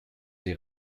sie